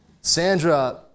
Sandra